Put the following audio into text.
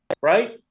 right